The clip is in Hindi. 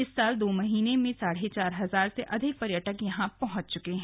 इस साल दो महीने में साढ़े चार हजार से अधिक पर्यटक यहां आ चुके हैं